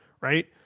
right